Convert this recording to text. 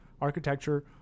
architecture